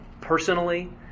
Personally